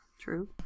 True